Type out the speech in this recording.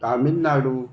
Tamil Nadu